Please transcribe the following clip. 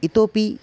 इतोपि